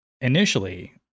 initially